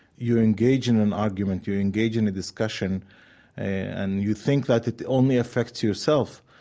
you engage in an argument. you engage in a discussion and you think that it only affects yourself,